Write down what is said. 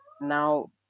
now